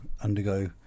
undergo